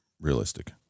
realistic